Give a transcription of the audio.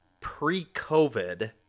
pre-COVID